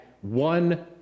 one